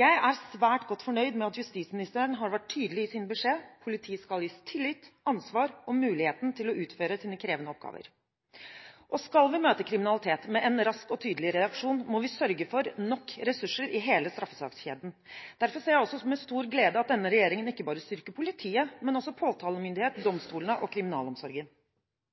Jeg er svært godt fornøyd med at justisministeren har vært tydelig i sin beskjed – politiet skal gis tillit, ansvar og muligheten til å utføre sine krevende oppgaver. Skal vi møte kriminalitet med en rask og tydelig reaksjon, må vi sørge for nok ressurser i hele straffesakskjeden. Derfor ser jeg også med stor glede at denne regjeringen ikke bare styrker politiet, men også